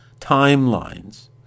timelines